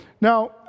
Now